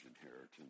inheritance